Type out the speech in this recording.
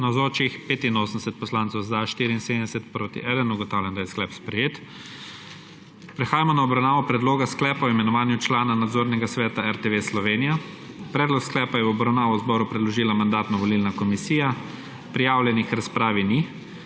1. (Za je glasovalo 74.) (Proti 1.) Ugotavljam, da je sklep sprejet. Prehajamo na obravnavo Predloga sklepa o imenovanju člana Nadzornega sveta RTV Slovenija. Predlog sklepa je v obravnavo zboru predložila Mandatno-volilna komisija. Prijavljenih k razpravi ni.